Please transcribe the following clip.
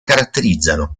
caratterizzano